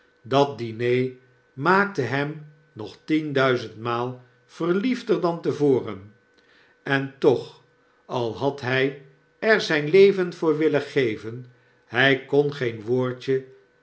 dat diner maakte hem nog tienduizendmaal verliefder dan te voren en toch al had hij er zijn leven voor willen geven hij kon geen woordje